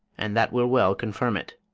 and that will well confirm it.